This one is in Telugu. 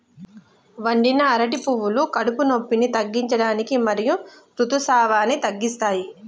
వండిన అరటి పువ్వులు కడుపు నొప్పిని తగ్గించడానికి మరియు ఋతుసావాన్ని తగ్గిస్తాయి